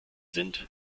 sind